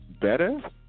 better